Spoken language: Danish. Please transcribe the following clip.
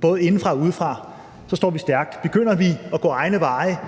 både indefra og udefra – så står vi stærkt. Begynder vi at gå egne veje,